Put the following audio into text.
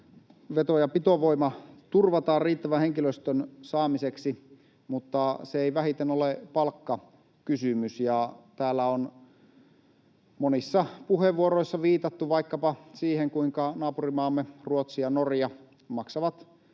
veto- ja pitovoima turvataan riittävän henkilöstön saamiseksi, mutta se ei vähiten ole palkkakysymys. Täällä on monissa puheenvuoroissa viitattu vaikkapa siihen, kuinka naapurimaamme Ruotsi ja Norja maksavat hoitoalan